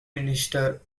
minister